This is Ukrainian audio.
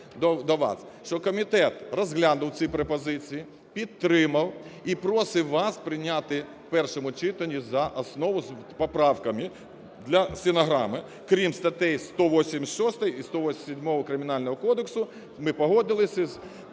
що комітет розглянув ці пропозиції, підтримав і просить вас прийняти в першому читанні за основу з поправками, для стенограми – крім статей 186-ї і 187-ї Кримінального кодексу. Ми погодились з